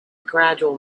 gradual